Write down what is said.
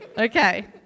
okay